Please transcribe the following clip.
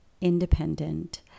independent